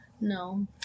No